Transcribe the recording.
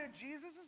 Jesus